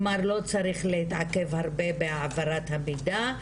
כלומר לא צריך להתעכב הרבה בהעברת המידע,